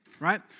Right